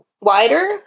wider